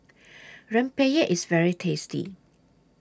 Rempeyek IS very tasty